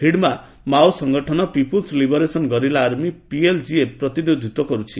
Hidma Mao ସଂଗଠନ people's liberation guerrilla army PLGA ପ୍ରତିନିଧିତ୍ୱ କରୁଛି